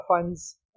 funds